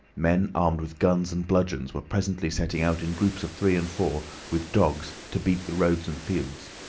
men armed with guns and bludgeons were presently setting out in groups of three and four, with dogs, to beat the roads and fields.